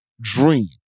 dream